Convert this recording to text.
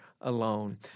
alone